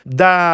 da